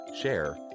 share